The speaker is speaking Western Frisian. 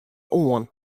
oan